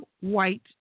white